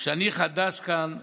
שאני חדש כאן בכנסת,